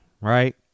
Right